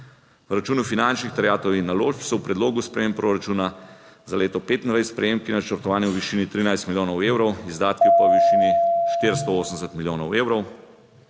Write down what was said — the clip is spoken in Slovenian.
V računu finančnih terjatev in naložb so v predlogu sprememb proračuna za leto 2025 prejemki načrtovani v višini 13 milijonov evrov, izdatki pa v višini 480 milijonov evrov.